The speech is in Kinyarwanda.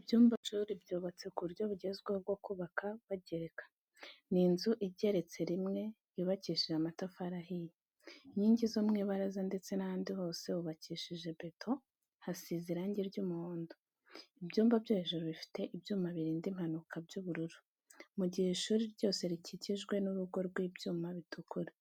Ibyumba by'amashuri byubatse ku buryo bugezweho, bwo kubaka bagereka. Ni inzu igeretse rimwe. Yubakishije amatafari ahiye. Inkingi zo mu ibaraza ndetse n'ahandi hose haba hubakishije beto, hasize irangi ry'umuhondo. Ibyumba byo hejuru bifite ibyuma birinda impanuka by'ubururu, mu gihe ishuri ryose rikikijwe n'urugo rw'ibyuma bitukura.